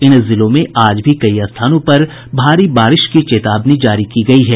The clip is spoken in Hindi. इन जिलों में आज भी कई स्थानों पर भारी बारिश की चेतावनी जारी की गयी है